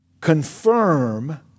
confirm